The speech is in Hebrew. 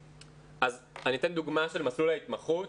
אז אני אתן דוגמה של מסלול ההתמחות.